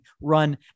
run